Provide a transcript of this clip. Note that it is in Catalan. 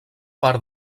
part